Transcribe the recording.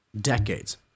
decades